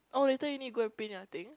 oh later you need go and print your thing